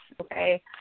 okay